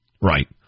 Right